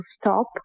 stop